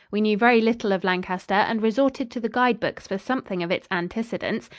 we knew very little of lancaster and resorted to the guide-books for something of its antecedents,